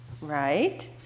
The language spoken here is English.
Right